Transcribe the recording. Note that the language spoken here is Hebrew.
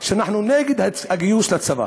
שאנחנו נגד הגיוס לצבא.